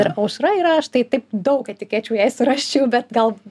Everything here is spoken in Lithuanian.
ir aušra yra štai taip daug etikečių jai surasčiau bet gal